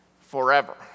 forever